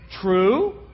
True